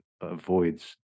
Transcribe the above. avoids